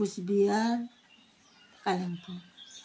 Cooch Behar Kalimpong